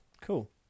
cool